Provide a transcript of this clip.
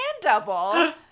double